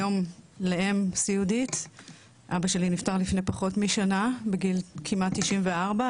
היום לאם סיעודית אבא שלי נפטר לפני פחות משנה בגיל כמעט 94,